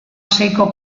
seiko